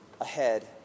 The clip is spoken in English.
ahead